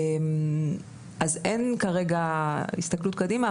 אז אין כרגע הסתכלות קדימה,